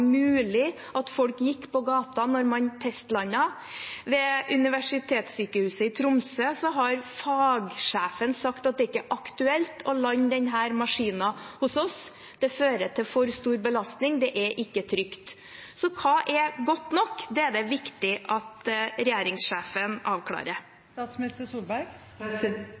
mulig at folk gikk på gatene da man testlandet. Ved universitetssykehuset i Tromsø har fagsjefen sagt at det ikke er aktuelt å lande denne maskinen hos dem – det fører til for stor belastning, det er ikke trygt. Så hva er godt nok? Det er det viktig at regjeringssjefen